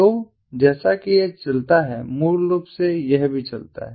तो जैसा कि यह चलता है मूल रूप से यह भी चलता है